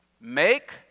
Make